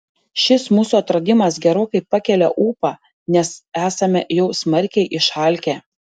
šis mūsų atradimas gerokai pakelia ūpą nes esame jau smarkiai išalkę